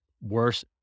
worse